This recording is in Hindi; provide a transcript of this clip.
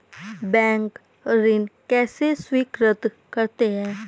बैंक ऋण कैसे स्वीकृत करते हैं?